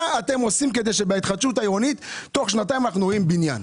שואל מה אתם עושים כדי שבהתחדשות העירונית תוך שנתיים אנחנו רואים בניין.